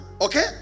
Okay